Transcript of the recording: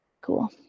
Cool